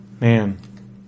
Man